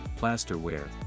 plasterware